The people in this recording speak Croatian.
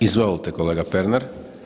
Izvolite kolega Pernar.